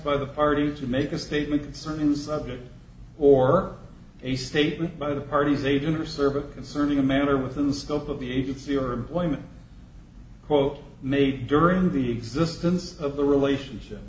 by the party to make a statement concerning the subject or a statement by the parties agent or service concerning the matter with the scope of the agency or employment quote made during the existence of the relationship